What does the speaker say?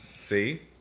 See